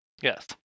Yes